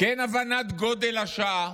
כן הבנת גודל השעה.